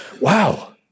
Wow